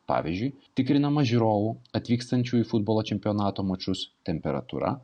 pavyzdžiui tikrinama žiūrovų atvykstančių į futbolo čempionato mačus temperatūra